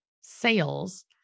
sales